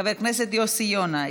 חבר הכנסת יוסי יונה,